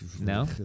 No